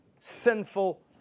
sinful